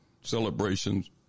celebrations